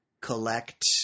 Collect